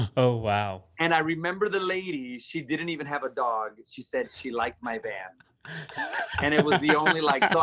oh wow! and i remember the lady, she didn't even have a dog. she said she liked my van and it was the only like so